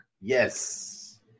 Yes